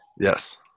Yes